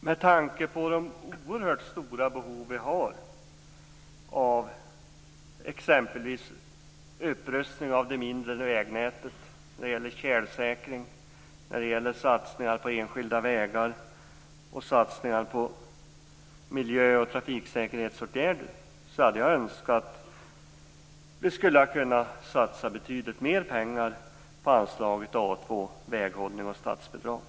Med tanke på de oerhört stora behov vi har när det gäller exempelvis upprustning av det mindre vägnätet, tjälsäkring, satsningar på enskilda vägar och satsningar på miljö och trafiksäkerhetsåtgärder hade jag önskat att vi kunnat satsa betydligt mer pengar på anslaget A 2 Väghållning och statsbidrag.